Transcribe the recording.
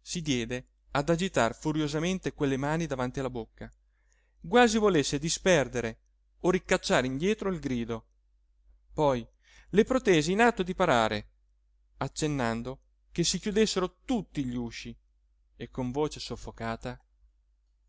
si diede ad agitar furiosamente quelle mani davanti alla bocca quasi volesse disperdere o ricacciare indietro il grido poi le protese in atto di parare accennando che si chiudessero tutti gli usci e con voce soffocata